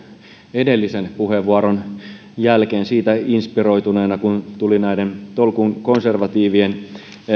edellisen puheenvuoron jälkeen siitä inspiroituneena kun tuli näiden tolkun konservatiivien